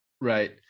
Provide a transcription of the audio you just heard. right